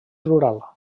rural